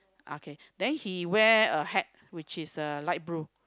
okay then he wear a hat which is a light blue